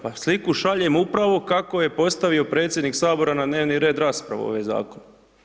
Pa sliku šaljemo upravo kako je postavio predsjednik Sabora na dnevni red raspravu ovaj Zakon.